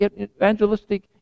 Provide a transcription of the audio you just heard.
evangelistic